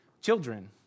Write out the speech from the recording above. children